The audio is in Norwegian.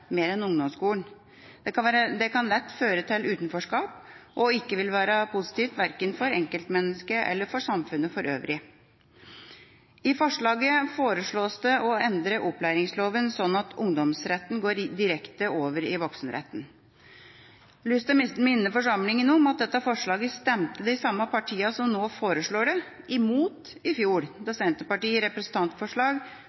mer enn ungdomsskolen. Det kan lett føre til utenforskap, noe som ikke vil være positivt verken for enkeltmennesket eller for samfunnet for øvrig. I forslaget foreslås det å endre opplæringsloven slik at ungdomsretten til videregående opplæring går direkte over i voksenretten. Jeg har lyst til å minne forsamlingen om at dette forslaget stemte de samme partiene som nå foreslår det, imot i fjor